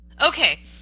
Okay